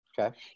Okay